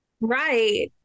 Right